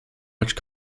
which